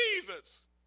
Jesus